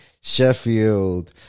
Sheffield